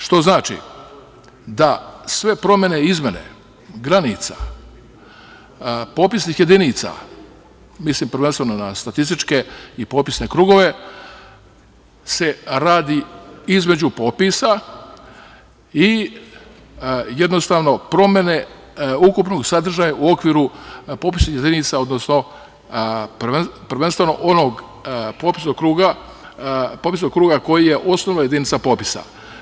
Što znači da sve promene i izmene granica, popisnih jedinica, mislim prvenstveno na statističke i popisne krugove, se radi između popisa i jednostavno promene ukupnog sadržaja u okviru popisnih jedinica, odnosno prvenstveno onog popisnog kruga koji je osnovna jedinica popisa.